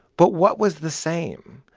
but what was the same?